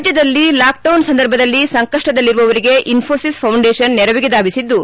ರಾಜ್ಕದಲ್ಲಿ lockdown ಸಂದರ್ಭದಲ್ಲಿ ಸಂಕಷ್ಟದಲ್ಲಿರುವವರಿಗೆ Infosys foundation ನೆರವಿಗೆ ಧಾವಿಸಿದ್ದು